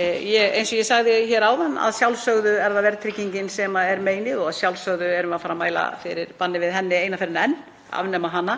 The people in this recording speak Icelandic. Eins og ég sagði áðan þá er það að sjálfsögðu verðtryggingin sem er meinið og að sjálfsögðu erum við að fara að mæla fyrir banni við henni eina ferðina enn, afnema hana.